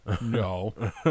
No